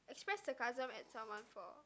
express sarcasm at someone for